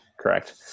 correct